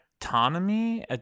autonomy